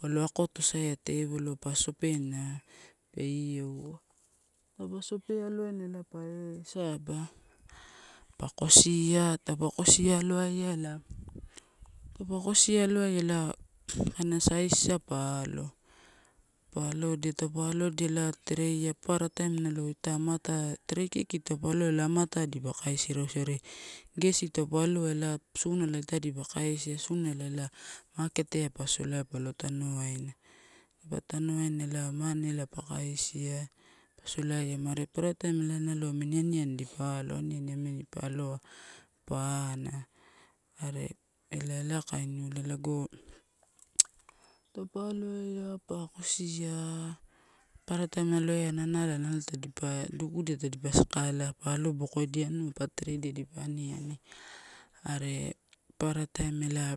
palo akotosaia tevolo pa sopena pe ioua, taupa sope aloaina pae saba, pa kosia, taupa kosi akaia ela, taupe kosi aloaia ela kaina sais pa alo pa alodia taupa allodia ela treia. Papara taim na lo ita amatae, trei kiki taupa aloa ela amate dipa kaisi rausia are gesi ela sunak ita dipa kaisia sunala ela maketea pa solaia palo tanowaina. Taupa tonowaina elae mone pa kaisia pa solaiama, are papara taim nalo amini aniani dipa alo. Aniani namini pa aloa pa ana, are ela, ela kainiua lago taupe aloaia pa kosia, papara taim nalo eia nanala nalo tadipa, dukudia tadipa saka ela pa alobokoidia nua pa tereida dipa eniani. Are papara taim ela.